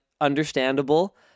understandable